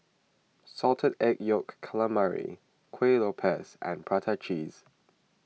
Salted Egg Yolk Calamari Kueh Lopes and Prata Cheese